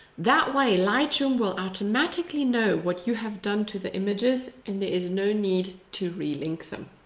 that way, lightroom will automatically know what you have done to the images, and there is no need to re-link them.